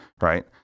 Right